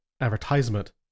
advertisement